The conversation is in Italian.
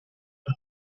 con